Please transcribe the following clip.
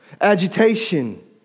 agitation